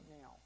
now